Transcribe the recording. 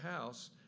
house